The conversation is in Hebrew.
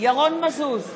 ירון מזוז,